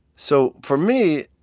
so for me,